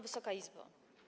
Wysoka Izbo!